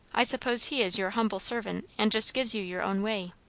i suppose he is your humble servant, and just gives you your own way.